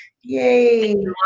Yay